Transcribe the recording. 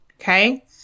Okay